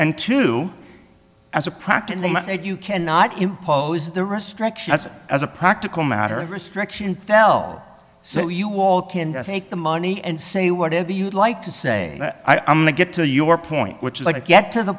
and to as a practice you cannot impose the restriction as a practical matter restriction fell so you all can take the money and say whatever you'd like to say i'm to get to your point which is i get to the